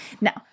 Now